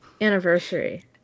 anniversary